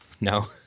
No